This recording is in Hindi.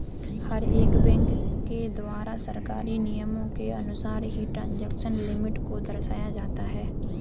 हर एक बैंक के द्वारा सरकारी नियमों के अनुसार ही ट्रांजेक्शन लिमिट को दर्शाया जाता है